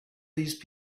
these